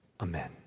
Amen